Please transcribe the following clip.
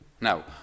Now